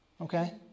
okay